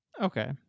Okay